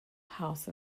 house